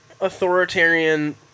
authoritarian